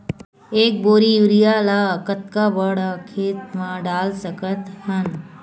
एक बोरी यूरिया ल कतका बड़ा खेत म डाल सकत हन?